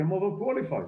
שהם Overqualified.